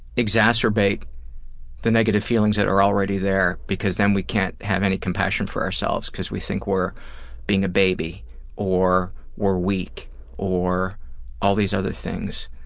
exacerbate the negative feelings that are already there, because then we can't have any compassion for ourselves because we think we're being a baby or or weak or all these other things.